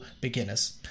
beginners